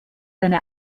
seine